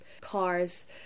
cars